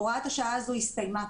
הוראת השעה הזו הסתיימה.